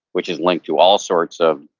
which is linked to all sorts of,